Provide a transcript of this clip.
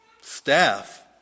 staff